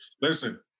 Listen